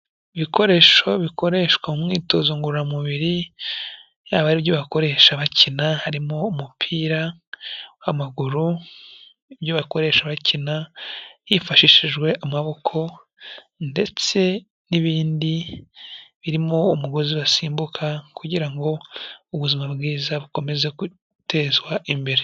Ibikoresho bikoreshwa mu myitozo ngororamubiri yaba ari byo bakoresha bakina, harimo umupira w'amaguru, ibyo bakoresha bakina hifashishijwe amaboko ndetse n'ibindi birimo umugozi basimbuka kugira ngo ubuzima bwiza bukomeze gutezwa imbere.